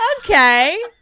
ah okay.